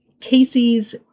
Casey's